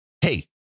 hey